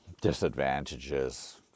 disadvantages